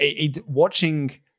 watching